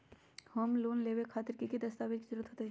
Home loan लेबे खातिर की की दस्तावेज के जरूरत होतई?